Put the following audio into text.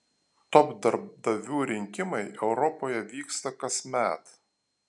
top darbdavių rinkimai europoje vyksta kasmet